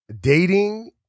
dating